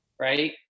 right